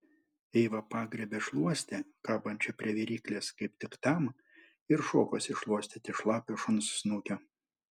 eiva pagriebė šluostę kabančią prie viryklės kaip tik tam ir šokosi šluostyti šlapio šuns snukio